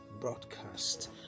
Broadcast